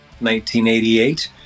1988